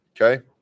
Okay